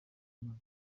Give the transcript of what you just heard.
imana